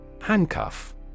Handcuff